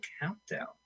countdown